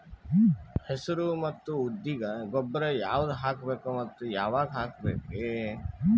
ಹೆಸರು ಮತ್ತು ಉದ್ದಿಗ ಗೊಬ್ಬರ ಯಾವದ ಹಾಕಬೇಕ ಮತ್ತ ಯಾವಾಗ ಹಾಕಬೇಕರಿ?